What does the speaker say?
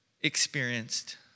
experienced